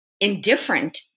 indifferent